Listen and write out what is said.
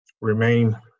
remain